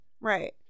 Right